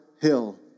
hill